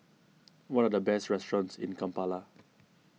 what are the best restaurants in Kampala